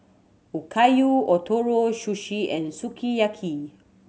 Okayu Ootoro Sushi and Sukiyaki